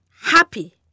happy